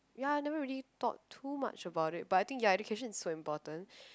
ya I never really thought too much about it but I think ya education is so important